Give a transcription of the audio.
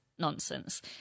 nonsense